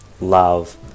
love